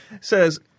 says